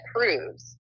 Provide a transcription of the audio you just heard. proves